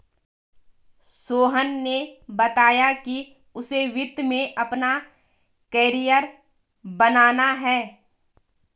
सोहन ने बताया कि उसे वित्त में अपना कैरियर बनाना है